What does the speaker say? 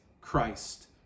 Christ